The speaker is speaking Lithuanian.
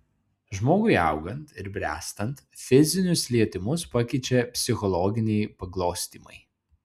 žmogui augant ir bręstant fizinius lietimus pakeičia psichologiniai paglostymai